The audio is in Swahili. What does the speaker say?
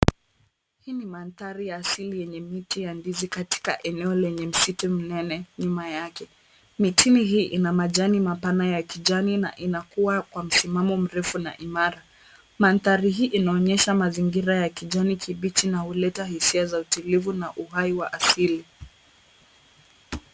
Hii ni mandhari ya asili yenye miti ya ndizi katika eneo lenye msitu mnene nyuma yake. Mitini hii ina majani mapana ya kijani na inakuwa kwa msimamo mrefu na imara. Mandhari hii inaonyesha mazingira ya kijani kibichi na huleta hisia za utulivu na uhai wa asili.